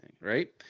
right